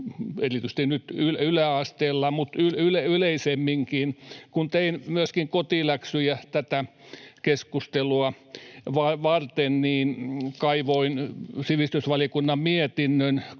erityisesti nyt yläasteella mutta yleisemminkin: Kun tein myöskin kotiläksyjä tätä keskustelua varten, niin kaivoin sivistysvaliokunnan mietinnön